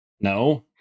no